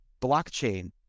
blockchain